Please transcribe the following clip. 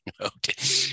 Okay